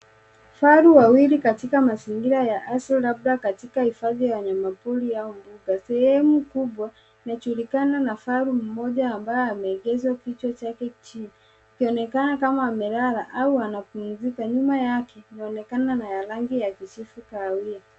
Faru wawili katika mazingira ya katika hifadhi ya wanyama pori au mbuga. Sehemu kubwa inajulikana na faru umoja ambaye ameegeza kichwa chake chini ikionekana kama analala au anapumzika. Nyuma yake inaonekana na rangi ya kijivu kahawia.